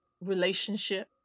relationship